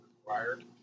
Required